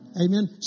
Amen